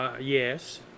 Yes